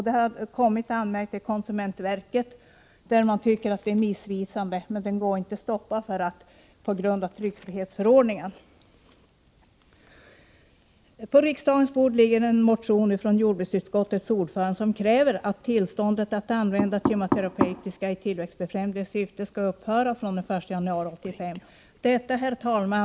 Det har kommit in anmälningar till konsumentverket därför att denna annons uppfattas som missvisande, men den går inte att stoppa på grund av tryckfrihetsförordningen. På riksdagens bord ligger nu en motion från bl.a. jordbruksutskottets ordförande, som kräver att tillståndet att använda kemoterapeutika i tillväxtbefrämjande syfte skall upphöra fr.o.m. den 1 januari 1985. Herr talman!